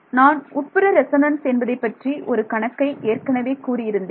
நான் உட்புற ரெசோனன்ஸ் என்பதைப் பற்றி ஒரு கணக்கை ஏற்கனவே கூறியிருந்தேன்